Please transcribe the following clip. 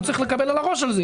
הוא צריך לקבל על הראש על זה.